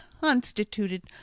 constituted